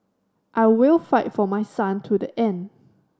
I will fight for my son to the end